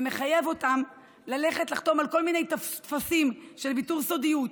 ומחייב אותם ללכת לחתום על כל מיני טפסים של ויתור סודיות,